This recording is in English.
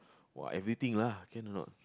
!wah! everything lah can or not